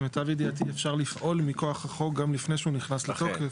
למיטב ידיעתי אפשר לפעול מכוח החוק גם לפני שהוא נכנס לתוקף,